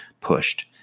pushed